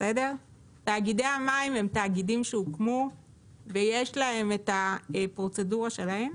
תאגידי המים הם תאגידים שהוקמו ויש להם את הפרוצדורה שלהם,